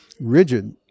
rigid